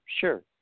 Sure